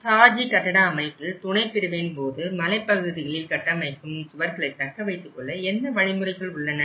தாஜ்ஜி கட்டட அமைப்பில் துணை பிரிவின் போது மலைப்பகுதிகளில் கட்டமைக்கும் சுவர்களை தக்க வைத்துக் கொள்ள என்ன வழி முறைகள் உள்ளன